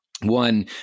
one